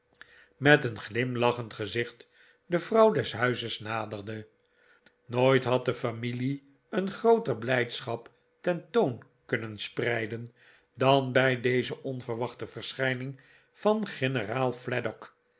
met een glimlachend gezicht de vrouw des huizes naderde nooit had de familie een grootere blijdschap ten toon kunnen spreiden dan bij deze onverwachte verschijning van generaal